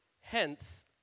Hence